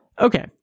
Okay